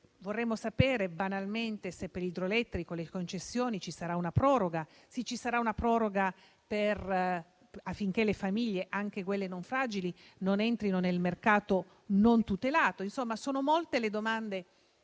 Vorremmo sapere, banalmente, se per l'idroelettrico e le concessioni ci sarà una proroga; se ci sarà una proroga affinché le famiglie, anche quelle non fragili, non entrino nel mercato non tutelato. Insomma, sono molte le domande